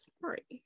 sorry